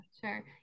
sure